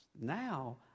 Now